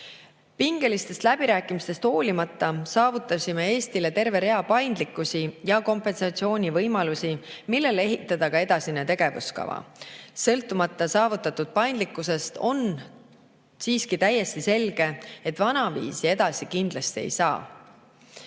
Pingelistest läbirääkimistest hoolimata saavutasime Eestile terve rea paindlikkuse ja kompensatsiooni võimalusi, millele ehitada edasine tegevuskava. Sõltumata saavutatud paindlikkusest on siiski täiesti selge, et vanaviisi kindlasti edasi ei saa.